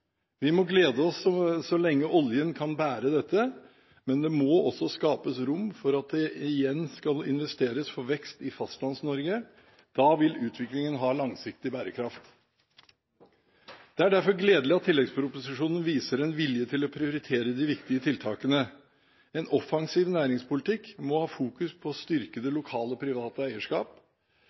Vi må glede oss så lenge oljen kan bære dette, men det må også skapes rom for at det igjen skal investeres for vekst i Fastlands-Norge. Da vil utviklingen ha langsiktig bærekraft. Det er derfor gledelig at tilleggsproposisjonen viser en vilje til å prioritere de viktige tiltakene. En offensiv næringspolitikk må fokusere på å styrke det lokale private eierskap.